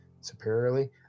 superiorly